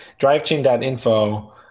drivechain.info